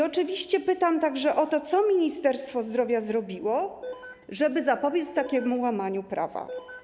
Oczywiście pytam także o to, co Ministerstwo Zdrowia zrobiło, żeby zapobiec takiemu łamaniu prawa.